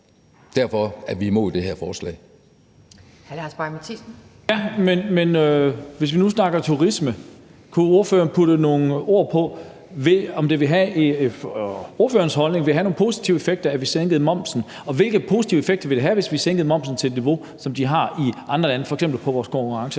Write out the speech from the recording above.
Lars Boje Mathiesen (NB): Men hvis vi nu snakker turisme, kunne ordføreren så putte nogle ord på, om det ifølge ordførerens holdning ville have nogle positive effekter, at vi sænkede momsen, og hvilke positive effekter det ville have, hvis vi sænkede momsen til et niveau, som de har i andre lande, for f.eks. vores konkurrenceevne?